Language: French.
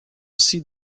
aussi